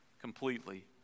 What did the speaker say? completely